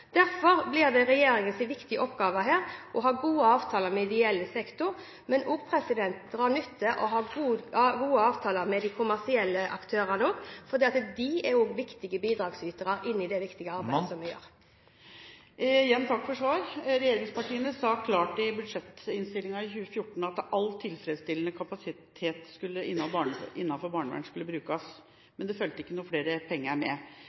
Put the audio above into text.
ha gode avtaler med de kommersielle aktørene, for de er også viktige bidragsytere i det viktige arbeidet vi gjør. Igjen takk for svaret. Regjeringspartiene sa klart i budsjettinnstillinga for 2014 at all tilfredsstillende kapasitet innenfor barnevern skulle brukes, men det fulgte ikke flere penger med.